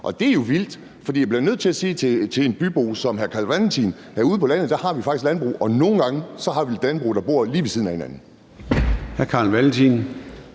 det er jo vildt! For jeg bliver nødt til at sige til en bybo som hr. Carl Valentin, at ude på landet har vi faktisk landbrug, og nogle gange har vi nogle landbrug, der ligger lige ved siden af hinanden.